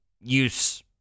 use